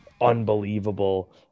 unbelievable